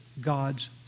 God's